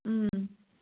ꯎꯝ